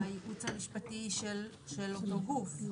היועץ המשפטי של אותו גוף.